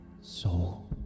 soul